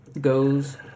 goes